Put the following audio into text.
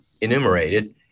enumerated